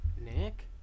Nick